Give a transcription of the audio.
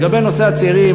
לגבי נושא הצעירים,